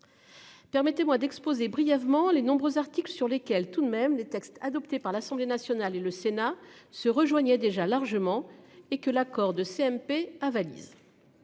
Permettez-moi d'exposer brièvement les nombreux articles sur lesquels tout de même les textes adoptés par l'Assemblée nationale et le Sénat se rejoignaient déjà largement et que l'accord de CMP avalise.